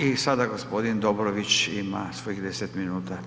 I sada gospodin Dobrović ima svojih 10 minuta.